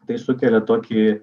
tai sukelia tokį